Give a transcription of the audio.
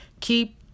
keep